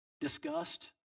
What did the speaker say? disgust